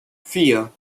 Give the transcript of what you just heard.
vier